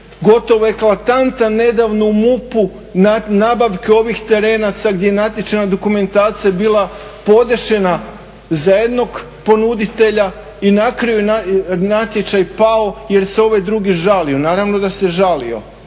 gotovo eklatantan nedavno u MUP-u nabavke ovih terenaca gdje je natječajna dokumentacija bila podešena za jednog ponuditelja i na kraju natječaj pao jer se ovaj drugi žalio. Naravno da se žalio.